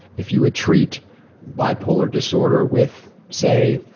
if you would treat bipolar disorder with, say,